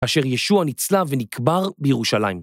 אשר ישוע נצלה ונקבר בירושלים.